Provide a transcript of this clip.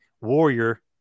warrior